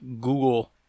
Google